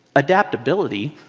adaptability,